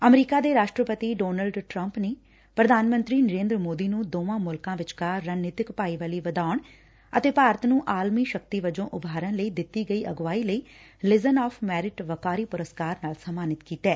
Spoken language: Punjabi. ਅਮਰੀਕਾ ਦੇ ਰਾਸ਼ਟਰਪਤੀ ਡੋਨਲਡ ਟਰੰਪ ਨੇ ਪੁਧਾਨ ਮੰਤਰੀ ਨਰੇਂਦਰ ਮੋਦੀ ਨੂੰ ਦੋਵਾਂ ਮੁਲਕਾਂ ਵਿਚਕਾਰ ਰਣਨੀਤਿਕ ਭਾਈਵਾਲੀ ਵਧਾਉਣ ਅਤੇ ਭਾਰਤ ਨੰ ਆਲਮੀ ਸ਼ਕਤੀ ਵਜੋ ਉਭਾਰਨ ਲਈ ਦਿੱਤੀ ਗਈ ਅਗਵਾਈ ਲਈ ਲਿਜਨ ਆਫ਼ ਮੈਰਿਟ ਵੱਕਾਰੀ ਪੁਰਸਕਾਰ ਨਾਲ ਸਨਮਾਨਿਤ ਕੀਤੈ